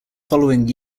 following